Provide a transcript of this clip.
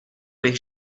bych